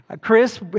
Chris